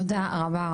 תודה רבה.